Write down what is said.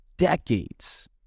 Decades